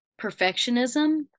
perfectionism